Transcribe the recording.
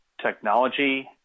technology